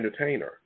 entertainer